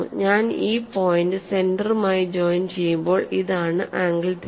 ഞാൻ ഈ പോയിന്റ് സെന്ററുമായി ജോയിൻ ചെയ്യുമ്പോൾ ഇതാണ് ആംഗിൾ തീറ്റ